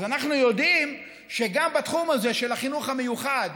אז אנחנו יודעים שגם בתחום הזה של החינוך המיוחד,